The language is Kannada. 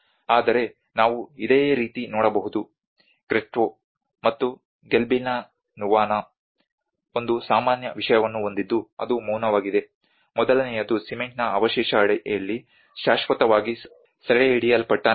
ಆದರೆ ನಾವು ಇದೇ ರೀತಿ ನೋಡಬಹುದು ಕ್ರೆಟ್ಟೊ ಮತ್ತು ಗಿಬೆಲ್ಲಿನಾ ನುವಾವಾ ಒಂದು ಸಾಮಾನ್ಯ ವಿಷಯವನ್ನು ಹೊಂದಿದ್ದು ಅದು ಮೌನವಾಗಿದೆ ಮೊದಲನೆಯದು ಸಿಮೆಂಟ್ನ ಅವಶೇಷ ಅಡಿಯಲ್ಲಿ ಶಾಶ್ವತವಾಗಿ ಸೆರೆಹಿಡಿಯಲ್ಪಟ್ಟ ನಗರ